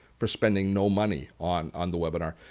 for spending no money on on the webinar,